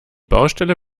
baustelle